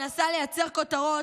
מנסה לייצר כותרות,